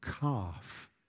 calf